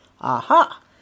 Aha